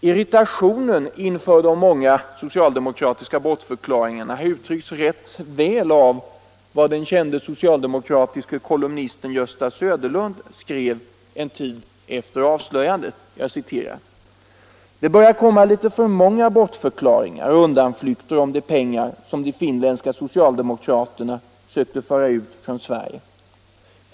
Irritationen inför de många socialdemokratiska bortförklaringarna uttrycks rätt väl av vad den kände socialdemokratiske kolumnisten Gösta Söderlund skrev en tid efter avslöjandet: ”Det börjar komma litet för många bortförklaringar och undanflykter om de pengar, som de finländska socialdemokraterna sökte föra ut från Sverige.